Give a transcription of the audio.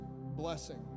blessing